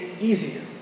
easier